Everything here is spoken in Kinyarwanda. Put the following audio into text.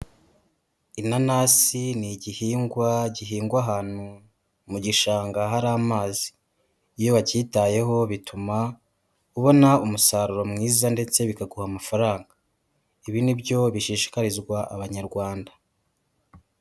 Inanasi ni igihingwa, gihingwa ahantu mu gishanga hari amazi, iyo wacyitayeho, bituma ubona umusaruro mwiza, ndetse bikanaguha amafaranga, ibi nibyo bishishikarizwa abanyarwanda.